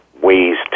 ways